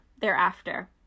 thereafter